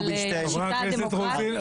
אתה מערער על השיטה הדמוקרטית?